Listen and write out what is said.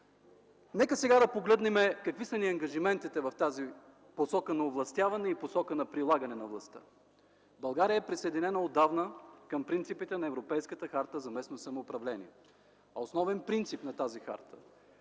Нека сега да погледнем какви са ни ангажиментите в тази посока на овластяване и посока на прилагане на властта. България е присъединена отдавна към принципите на Европейската харта за местно самоуправление. Основен принцип на тази харта е